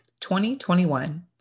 2021